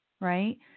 right